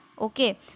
Okay